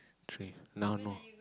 three now not